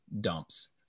dumps